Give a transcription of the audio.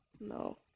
No